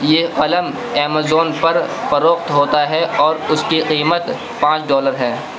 یہ امازون پر فروخت ہوتا ہے اور اس کی قیمت پانچ ڈالر ہے